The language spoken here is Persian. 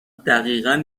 دقیقن